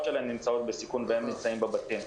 שלהם נמצאות בסיכון והם נמצאים בבתים,